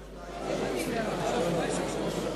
שנייה ולקריאה שלישית,